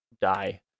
die